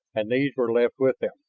and these were left with them.